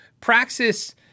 Praxis